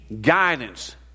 guidance